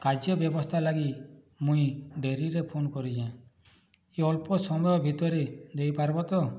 କାର୍ଯ୍ୟ ବ୍ୟବସ୍ଥା ଲାଗି ମୁଁ ଡେରିରେ ଫୋନ୍ କରିଛି ଅଳ୍ପ ସମୟ ଭିତରେ ଦେଇପାରିବ ତ